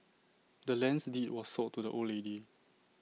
the land's deed was sold to the old lady